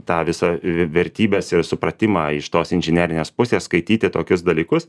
tą visą vertybes ir supratimą iš tos inžinerinės pusės skaityti tokius dalykus